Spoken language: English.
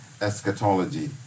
eschatology